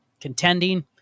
contending